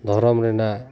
ᱫᱷᱚᱨᱚᱢ ᱨᱮᱱᱟᱜ